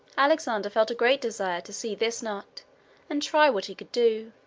alexander felt a great desire to see this knot and try what he could do.